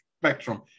spectrum